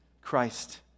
Christ